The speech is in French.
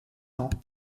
temps